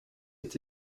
est